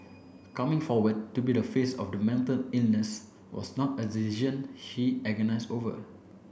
coming forward to be the face of the mental illness was not a decision she agonized over